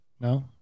No